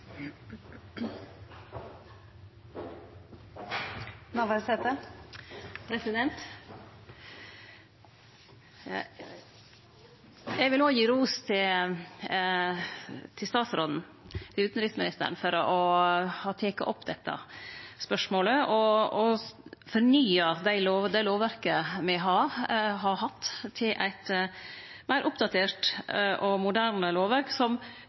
vil òg gi ros til utanriksministeren for at ho har teke opp dette spørsmålet og fornya lovverket me har hatt, til eit meir oppdatert og moderne lovverk – som